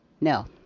no